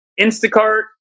Instacart